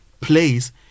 place